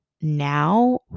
now